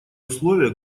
условия